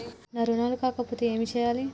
నా రుణాలు కాకపోతే ఏమి చేయాలి?